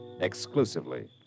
exclusively